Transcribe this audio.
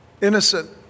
innocent